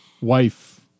wife